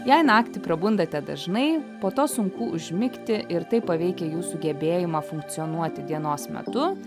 jei naktį prabundate dažnai po to sunku užmigti ir tai paveikia jūsų gebėjimą funkcionuoti dienos metu